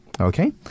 Okay